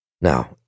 Now